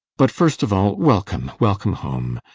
but first of all, welcome, welcome home!